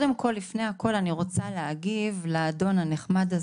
לפני הכל אני רוצה להגיב לאדון הנחמד.